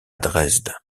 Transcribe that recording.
dresde